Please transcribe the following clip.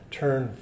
turn